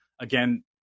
Again